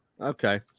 Okay